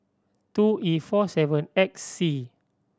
two E four seven X C